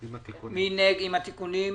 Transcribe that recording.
עם התיקונים?